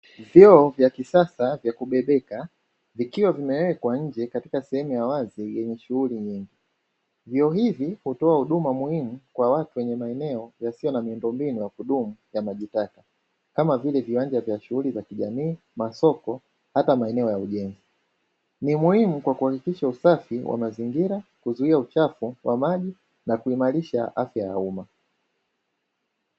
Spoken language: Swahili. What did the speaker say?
Vyoo vya kisasa vya kubebeka vikiwa vimewekwa nje katika sehemu ya wazi yenye shughuli nyingi, vyoo hivi hutoa huduma muhimu kwa watu kwenye maeneo yasiyo na miundombinu ya kudumu yamejitahidi kama vile viwanja vya shughuli za kijamii masoko hata maeneo ya ujenzi, ni muhimu kwa kuhakikisha usafi wa mazingira kuzuia uchafu wa maji na kuimarisha afya ya umma.